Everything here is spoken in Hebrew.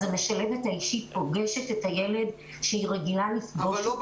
אז המשלבת האישית פוגשת את הילד שהיא רגילה לפגוש --- אבל לא בבית.